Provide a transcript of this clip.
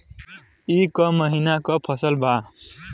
ई क महिना क फसल बा?